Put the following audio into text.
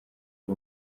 ari